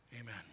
Amen